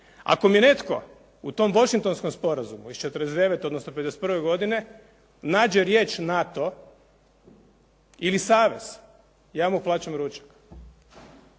Ako mi netko u tom Washingtonskom sporazumu iz '49. odnosno '51. godine nađe riječ NATO ili savez ja mu plaćam ručak.